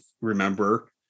remember